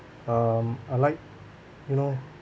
um I like you know